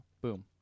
Boom